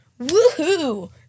Woohoo